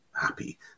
happy